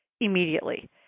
immediately